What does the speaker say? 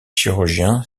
chirurgien